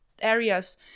areas